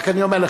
אני רק אומר לך: